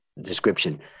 description